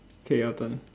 K your turn